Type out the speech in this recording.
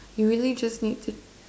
you really just need to